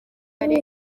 kare